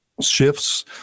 shifts